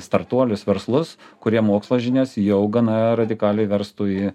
startuolius verslus kurie mokslo žinias jau gana radikaliai verstų į